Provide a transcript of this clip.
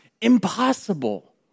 impossible